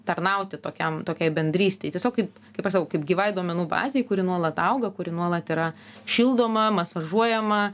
tarnauti tokiam tokiai bendrystei tiesiog kaip kai aš sakau kaip gyvai duomenų bazei kuri nuolat auga kuri nuolat yra šildoma masažuojama